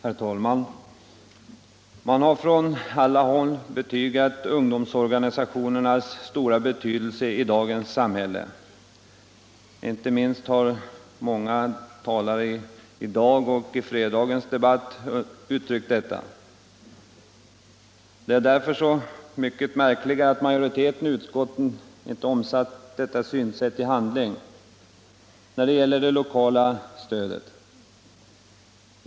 Herr talman! Man har från alla håll betygat ungdomsorganisationernas stora betydelse i dagens samhälle. Inte minst har många talare i dag och i fredagsdebatten givit uttryck härför. Det är därför så mycket märkligare att majoriteten i utskottet inte har omsatt detta synsätt i handling när det gäller det lokala stödet.